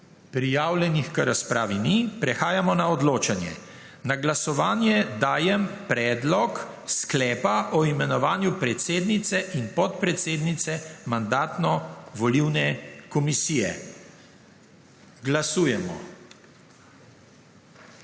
Prijavljenih k razpravi ni. Prehajamo na odločanje. Na glasovanje dajem predlog sklepa o imenovanju predsednice in podpredsednice Mandatno-volilne komisije. Glasujemo.